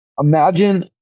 Imagine